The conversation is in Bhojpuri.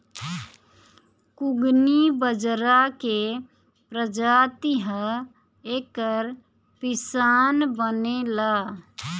कुगनी बजरा के प्रजाति ह एकर पिसान बनेला